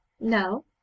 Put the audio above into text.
No